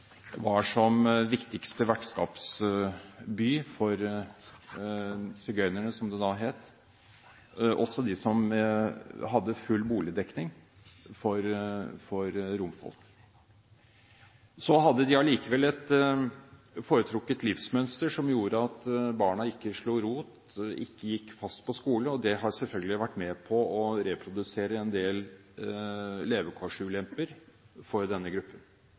var som viktigste vertskapsby for sigøynerne – som det da het – også de som bidro til full boligdekning for romfolk. De hadde allikevel et foretrukket livsmønster som gjorde at barna ikke slo rot, ikke gikk fast på skole. Det har selvfølgelig vært med på å reprodusere en del levekårsulemper for denne gruppen.